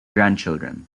grandchildren